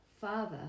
Father